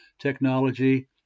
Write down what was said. technology